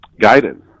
guidance